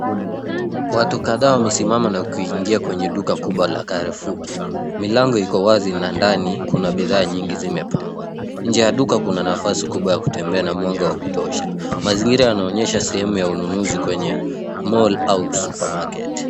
Watu kadhaa wamesimama na kuingia kwenye duka kubwa la Carrefour. Milango iko wazi na ndani, kuna bidhaa nyingi zimepangwa. Nje ya duka kuna nafasi kubwa ya kutembea na mwanga wa kutosha. Mazingira yanaonyesha sehemu ya ununuzi kwenye mall au supermarket .